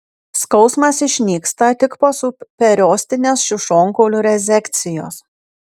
skausmas išnyksta tik po subperiostinės šių šonkaulių rezekcijos